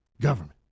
Government